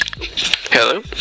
Hello